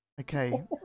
Okay